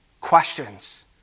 questions